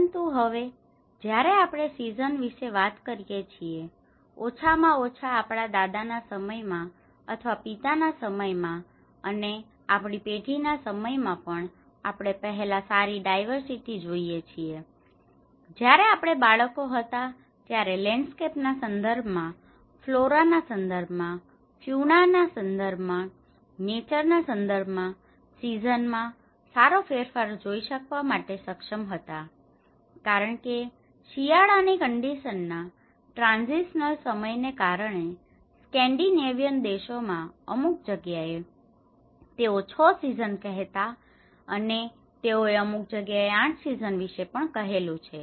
પરંતુ હવે જયારે આપણે સીઝન વિશે વાત કરીએ છીએ ઓછામાં ઓછા આપણા દાદાના સમય માં અથવા પિતા ના સમય માં અને આપણી પેઢી ના સમય માં પણ આપણે પહેલા સારી ડાયવર્સીટી જોઈ છે જયારે આપણે બાળકો હતા ત્યારે લેન્ડસ્કેપ ના સંદર્ભ માં ફ્લોરા ના સંદર્ભ માં ફ્યુના ના સંદર્ભ માં નેચર ના સંદર્ભ માં સીઝન માં સારો ફેરફાર જોઈ શકવા માટે સક્ષમ હતા કારણ કે શિયાળા ની કન્ડિશન ના ટ્રાન્ઝીશનલ સમય ને કારણે સ્કેન્ડિનેવિયન દેશોમાં અમુક જગ્યાએ તેઓ 6 સિઝન કહેતા અને તેઓએ અમુક જગ્યાએ તો 8 સીઝન વિશે પણ કહેલું છે